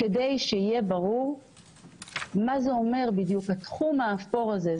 כדי שיהיה ברור מה אומר התחום האפור הזה.